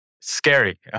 scary